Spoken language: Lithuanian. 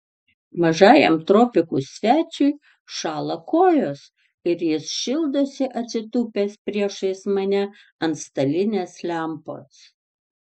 mažajam tropikų svečiui šąla kojos ir jis šildosi atsitūpęs priešais mane ant stalinės lempos